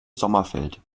sommerfeld